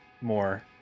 more